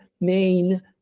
main